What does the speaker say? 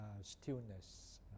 stillness